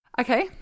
Okay